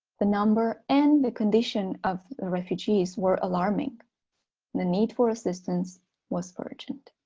the number and the condition of the refugees were alarming. the need for assistance was urgent.